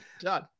Done